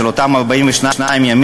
של אותם 42 ימים,